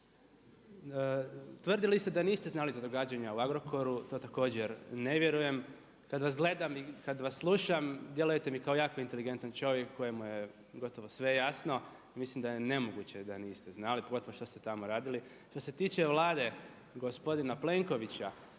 Tvrdili ste da niste znali za događanja u Agrokoru, to također ne vjerujem. Kad vas gledam i kad vas slušam djelujete mi kao jako inteligentan čovjek kojemu je gotovo sve jasno i mislim da je nemoguće da niste znali pogotovo što ste tamo radili. Što se tiče Vlade gospodina Plenkovića,